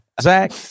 Zach